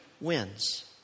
wins